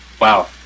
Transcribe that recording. wow